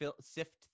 sift